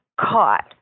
caught